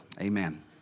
Amen